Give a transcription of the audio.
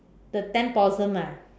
the ten possum ah